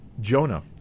Jonah